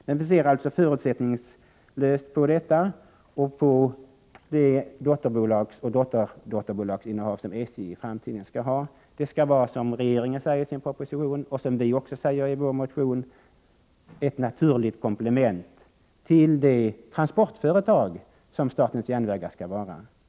Men man bör således förutsättningslöst undersöka detta och se över vilka dotterbolag och dotterdotterbolag som SJ i framtiden skall ha. De skall, som regeringen säger i sin proposition och vi i vår motion, vara ett naturligt komplement till det transportföretag som statens järnvägar skall vara.